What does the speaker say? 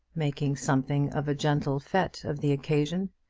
making something of a gentle fete of the occasion!